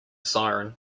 siren